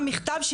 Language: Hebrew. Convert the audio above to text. אם